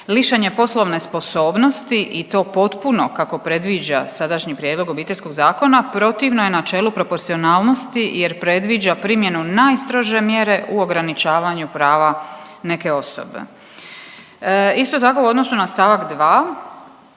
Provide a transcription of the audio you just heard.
Lišenje poslovne sposobnosti i to potpuno kako predviđa sadašnji prijedlog Obiteljskog zakona protivno je načelu proporcionalnosti jer predviđa primjenu najstrože mjere u ograničavanju prava neke osobe. Isto tako u odnosu na stavak 2.